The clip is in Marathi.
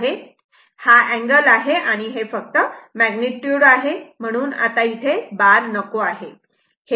हा अँगल आहे हे फक्त मॅग्निट्युड आहे म्हणून आता इथे बार नको आहे